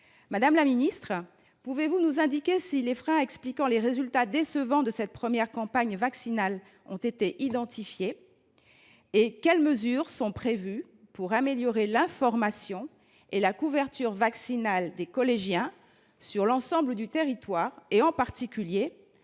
Madame la ministre, pouvez vous nous indiquer si les freins expliquant les résultats décevants de cette première campagne vaccinale ont été identifiés ? Et quelles mesures sont elles prévues pour améliorer l’information et la couverture vaccinale des collégiens sur l’ensemble du territoire, en particulier